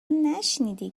نشنیدی